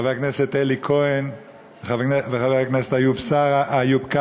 חבר הכנסת אלי כהן וחבר הכנסת איוב קרא,